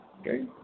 Okay